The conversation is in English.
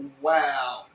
Wow